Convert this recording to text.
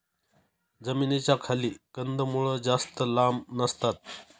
जमिनीच्या खाली कंदमुळं जास्त लांब नसतात